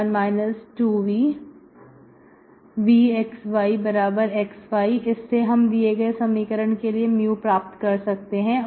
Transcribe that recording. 1 2v vxyxy इससे हम दिए गए समीकरण के लिए mu प्राप्त कर सकते हैं